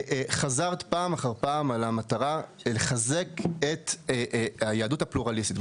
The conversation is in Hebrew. חזרת פעם אחר פעם על המטרה לחזק את היהדות הפלורליסטית,